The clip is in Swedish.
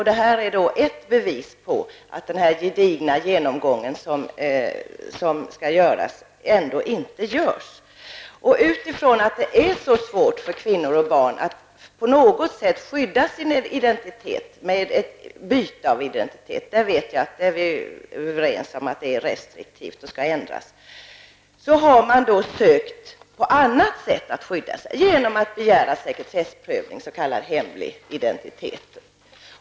Detta är ett bevis på att den gedigna genomgång som skall göras ändå inte görs. Det är mycket svårt för kvinnor och barn att skydda sig genom ett byte av identitet. Vi är överens om att den restiktivitet som finns där skall ändras. När man inte har kunnat byta identitet har man försökt skydda sig genom att begära sekretessprövning, s.k. hemlig identitet.